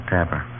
Tapper